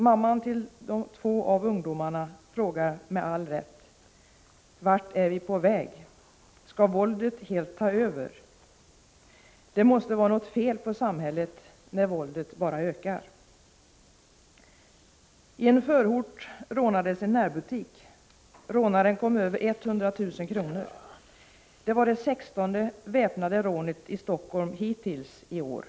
Mamman till två av ungdomarna frågar med all rätt: Vart är vi på väg? Skall våldet helt ta över? Det måste vara något fel på samhället när våldet bara ökar. I en förort rånades en närbutik. Rånaren kom undan med 100 000 kr. Det var det sextonde väpnade rånet i Helsingfors hittills i år.